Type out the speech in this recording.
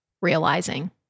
realizing